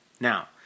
Now